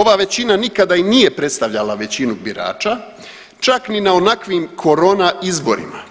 Ova većina nikada i nije predstavljala većinu birača čak ni na onakvim korona izborima